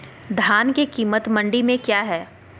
धान के कीमत मंडी में क्या है?